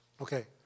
Okay